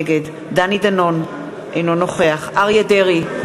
נגד דני דנון, אינו נוכח אריה דרעי,